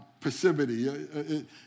passivity